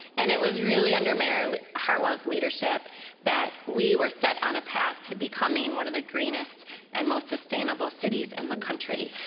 and it was really under mayor heartwell's leadership that we were set on a path to becoming one of the greenest and most sustainable cities in the country.